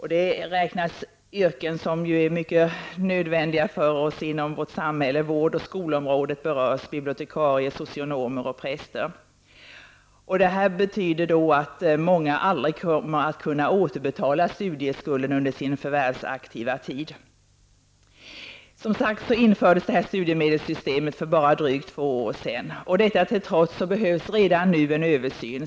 Hit räknas många grupper som är mycket nödvändiga för samhället: personal på vård och skolområdet, bibliotekarier, socionomer och präster. Åtskilliga kommer aldrig att kunna återbetala studieskulden under sin förvärvsaktiva tid. Det nuvarande studiemedelssystemet infördes för bara drygt två år sedan. Trots detta behövs redan nu en översyn.